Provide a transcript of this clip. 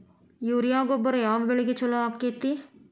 Urea ಗೊಬ್ಬರ ಯಾವ ಬೆಳಿಗೆ ಛಲೋ ಆಕ್ಕೆತಿ?